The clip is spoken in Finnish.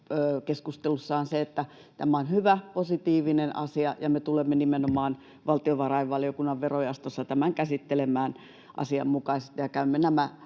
keskustelussa on se, että tämä on hyvä, positiivinen asia, ja me tulemme nimenomaan valtiovarainvaliokunnan verojaostossa tämän käsittelemään asianmukaisesti